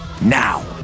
Now